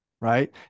Right